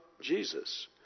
Jesus